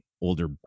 older